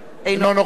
אינו נוכח